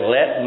Let